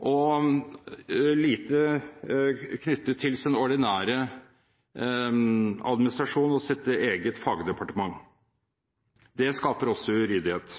og lite knyttet til sin ordinære administrasjon og sitt eget fagdepartement. Det skaper også uryddighet.